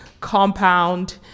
compound